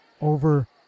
over